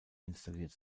installiert